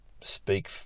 speak